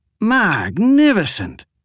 Magnificent